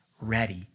ready